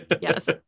yes